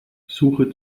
suche